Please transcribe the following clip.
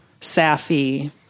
Safi